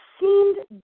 seemed